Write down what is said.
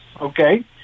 okay